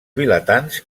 vilatans